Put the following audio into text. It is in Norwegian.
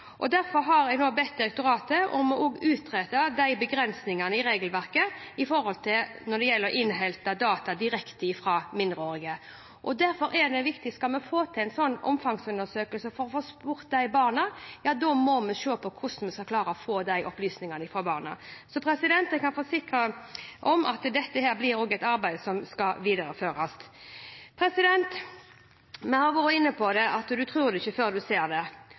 Derfor har jeg bedt direktoratet om å utrede de begrensningene i regelverket som gjelder innhenting av data direkte fra mindreårige. Skal vi få til en slik omfangsundersøkelse for å spørre barna, må vi se på hvordan vi skal få de opplysningene fra barna. Jeg kan forsikre om at dette er et arbeid som skal videreføres. Vi har vært inne på at man ikke tror det før man ser det. Kanskje er det slik at man ikke tror at noen er overfalt. Det er så viktig at man må tro det før man ser det.